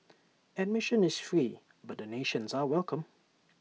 admission is free but donations are welcome